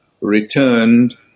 returned